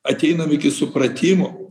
ateinam iki supratimo